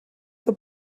que